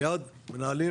מיד מנהלים,